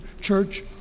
church